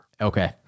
Okay